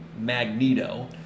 Magneto